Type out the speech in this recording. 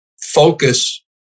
focus